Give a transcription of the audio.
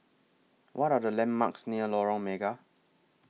What Are The landmarks near Lorong Mega